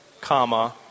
comma